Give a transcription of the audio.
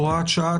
הוראת שעה)